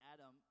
Adam